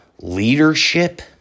leadership